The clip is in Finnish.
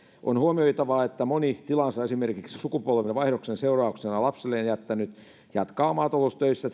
on huomioitavaa että moni tilansa esimerkiksi sukupolvenvaihdoksen seurauksena lapselleen jättänyt jatkaa tilan maataloustöissä